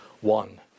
One